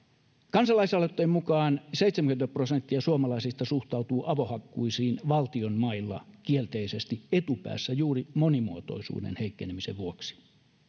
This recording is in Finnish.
kansalaisaloitteen mukaan seitsemänkymmentä prosenttia suomalaisista suhtautuu avohakkuisiin valtion mailla kielteisesti etupäässä juuri monimuotoisuuden heikkenemisen vuoksi